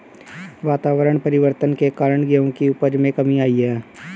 वातावरण परिवर्तन के कारण गेहूं की उपज में कमी आई है